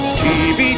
tv